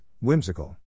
Whimsical